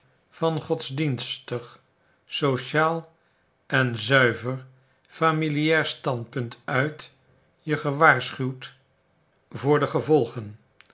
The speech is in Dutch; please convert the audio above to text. van godsdienstig sociaal en zuiver familiaar standpunt uit je gewaarschuwd voor de gevolgen